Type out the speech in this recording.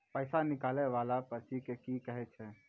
पैसा निकाले वाला पर्ची के की कहै छै?